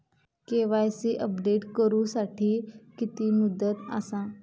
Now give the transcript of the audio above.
KYC update करू साठी किती मुदत आसा?